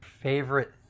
Favorite